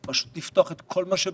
בחוץ, פשוט לפתוח את כל מה שבחוץ.